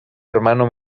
hermano